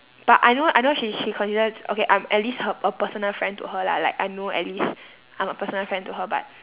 but I know I know she she considers okay I'm at least her a personal friend to her lah like I know at least I'm a personal friend to her but